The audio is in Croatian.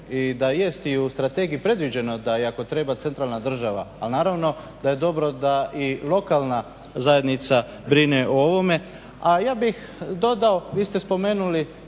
i da jest i u strategiji predviđeno da i ako treba centralna država ali naravno da je dobro da i lokalna zajednica brine o ovome. A ja bih dodao, vi ste spomenuli